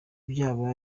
byaba